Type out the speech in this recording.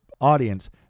audience